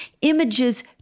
Images